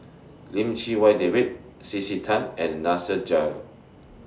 Lim Chee Wai David C C Tan and Nasir Jail